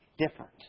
different